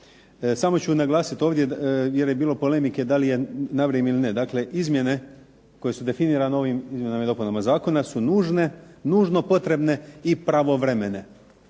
Samo ću naglasit ovdje jer je bilo polemike da li je na vrijeme ili ne. Dakle, izmjene koje su definirane ovim izmjenama i dopunama zakona su nužno potrebne i pravovremene.